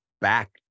back